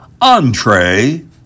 entree